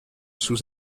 sous